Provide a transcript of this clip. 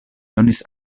donis